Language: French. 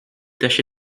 taché